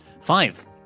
Five